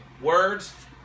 words